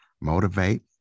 motivate